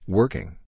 Working